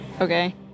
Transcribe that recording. Okay